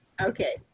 Okay